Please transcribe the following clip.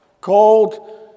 called